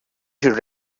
should